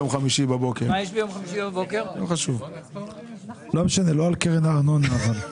לא על קרן הארנונה.